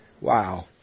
wow